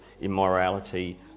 immorality